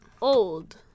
old